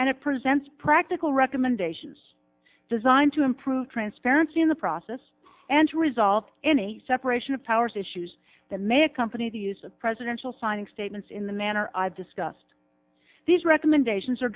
and it presents practical recommendations designed to improve transparency in the process and to resolve any separation of powers issues that may accompany the use of presidential signing statements in the manner i've discussed these recommendations